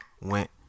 went